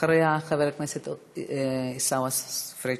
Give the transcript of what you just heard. אחריה, חבר הכנסת עיסאווי פריג'.